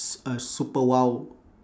s~ a super !wow!